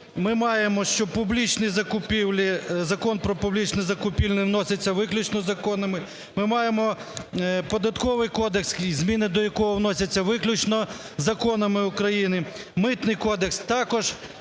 ми маємо, що публічні закупівлі, Закон про публічні закупівлі – вноситься виключно законами. Ми маємо Податковий кодекс, зміни до якого вносяться виключно законами України. Митний кодекс – також.